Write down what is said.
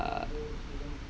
uh